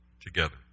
together